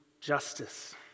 justice